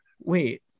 wait